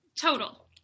Total